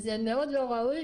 וזה מאוד לא ראוי,